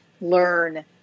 learn